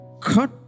cut